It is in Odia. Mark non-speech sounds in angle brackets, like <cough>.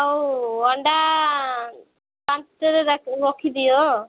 ଆଉ ଅଣ୍ଡା ପାଞ୍ଚ <unintelligible> ରଖିଦିଅ